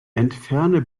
entferne